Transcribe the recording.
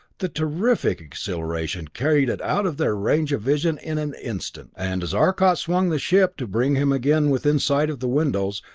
the terrific acceleration carried it out of their range of vision in an instant, and as arcot swung the ship to bring him again within sight of the windows,